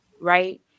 right